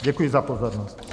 Děkuji za pozornost.